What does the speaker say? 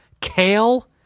kale